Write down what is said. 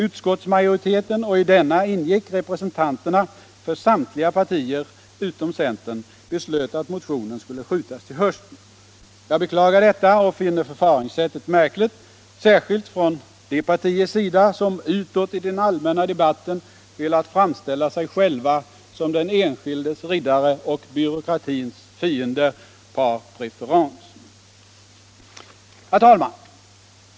Utskottsmajoriteten — och i denna ingick representanterna för samtliga partier utom centern — beslöt att motionen skulle skjutas till hösten. Jag beklagar detta och finner förfaringssättet märkligt, särskilt från de partiers sida som utåt i den allmänna debatten velat framställa sig själva som den enskildes riddare och byråkratins fiender par préférence. Herr talman!